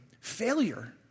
failure